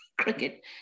cricket